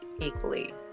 equally